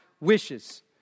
wishes